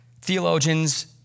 Theologians